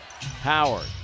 Howard